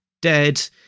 dead